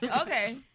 Okay